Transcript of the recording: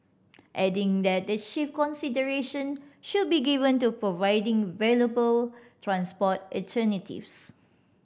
adding that the chief consideration should be given to providing viable transport alternatives